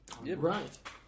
Right